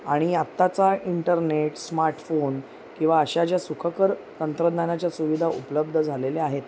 आणि आत्ताचा internet smart phone किंवा अशा ज्या सुखकर तंत्रज्ञानाच्या सुविधा उपलब्ध झालेल्या आहेत